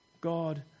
God